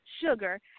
sugar